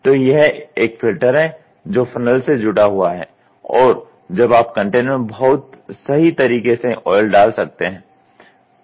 तो यह एक फिल्टर है जो फ़नल से जुड़ा हुआ है और अब आप कंटेनर में बहुत सही तरीके से ऑयल डाल सकते हैं